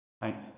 Thanks